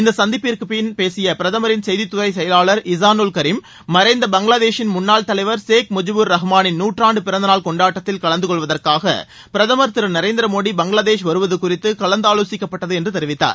இந்த சந்திப்பிற்குப்பின் பேசிய பிரதமரின் செய்தித்துறை செயலாளர் இசானூல் கரீம் மறைந்த பங்களாதேஷின் முன்னாள் தலைவர் ஷேக் முஜ்பூர் ரஹ்மானின் நூற்றாண்டு பிறந்தநாள் கொண்டாட்டத்தில் கலந்து கொள்வதற்காக பிரதமர் திரு நரேந்திரமோதி பங்களாதேஷ் வருவது குறித்து கலந்து ஆலோசித்க்கப்பட்டது என்று தெரிவித்தார்